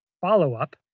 follow-up